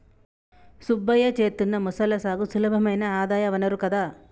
సుబ్బయ్య చేత్తున్న మొసళ్ల సాగు సులభమైన ఆదాయ వనరు కదా